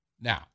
Now